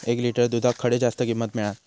एक लिटर दूधाक खडे जास्त किंमत मिळात?